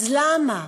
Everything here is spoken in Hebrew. אז למה?